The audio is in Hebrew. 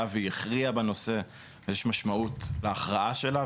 היה והיא הכריעה בנושא אז יש משמעות להכרעה שלה,